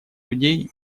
людей